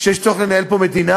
שיש צורך לנהל פה מדינה,